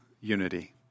unity